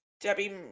Debbie